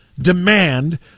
demand